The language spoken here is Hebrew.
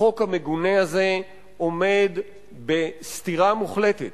החוק המגונה הזה עומד בסתירה מוחלטת